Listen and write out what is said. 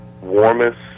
warmest